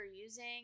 using